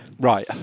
Right